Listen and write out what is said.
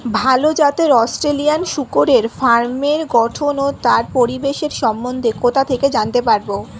ভাল জাতের অস্ট্রেলিয়ান শূকরের ফার্মের গঠন ও তার পরিবেশের সম্বন্ধে কোথা থেকে জানতে পারবো?